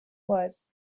was